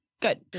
Good